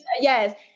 Yes